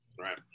Right